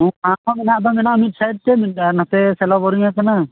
ᱢᱮᱱᱟᱜ ᱫᱚ ᱢᱮᱱᱟᱜᱼᱟ ᱢᱤᱫ ᱥᱟᱭᱤᱰ ᱛᱮ ᱱᱚᱛᱮ ᱥᱮᱞᱚ ᱵᱳᱨᱤᱝ ᱠᱟᱱᱟ